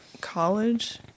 College